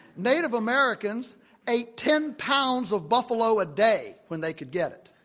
native americans ate ten pounds of buffalo a day, when they could get it.